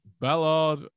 Ballard